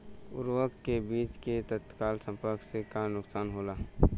उर्वरक व बीज के तत्काल संपर्क से का नुकसान होला?